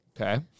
Okay